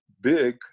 big